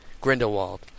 Grindelwald